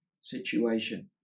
situation